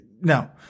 No